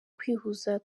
kwihuza